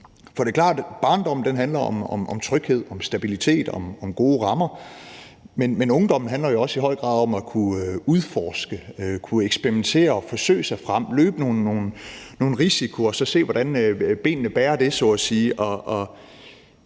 Det er klart, at barndommen handler om tryghed, om stabilitet, om gode rammer, men ungdommen handler jo også i høj grad om at kunne udforske, kunne eksperimentere og forsøge sig frem, løbe nogle risici og så se, hvordan benene bærer det,